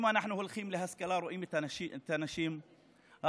אם אנחנו הולכים להשכלה, רואים את הנשים הערביות.